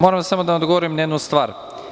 Moram da vam odgovorim na jednu stvar.